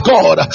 God